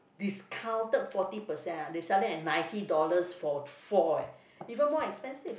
discounted forty percent ah they selling at ninety dollars for four eh even more expensive